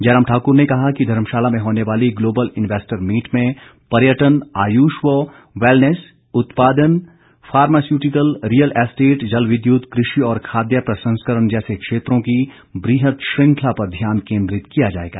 जयराम ठाकुर ने कहा कि धर्मशाला में होने वाली ग्लोबल इन्चैस्टर मीट में पर्यटन आयुष व वैलनेस उत्पादन फार्मास्यूटिकल रियल एस्टेट जल विद्यत कृषि और खाद्य प्रसंस्करण जैसे क्षेत्रों की बुहद श्रंखला पर ध्यान केन्द्रित किया जाएगा